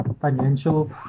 financial